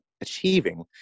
achieving